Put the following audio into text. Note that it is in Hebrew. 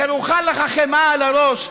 מרוחה לך חמאה על הראש,